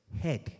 head